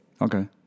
Okay